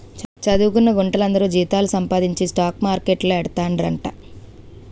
చదువుకొన్న గుంట్లందరూ జీతాలు సంపాదించి స్టాక్ మార్కెట్లేడతండ్రట